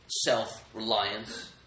self-reliance